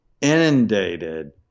inundated